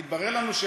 התברר לנו,